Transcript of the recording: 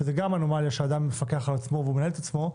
שזה גם אנומליה שאדם מפקח על עצמו והוא מנהל את עצמו,